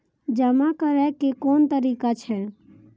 जमा करै के कोन तरीका छै?